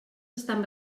estan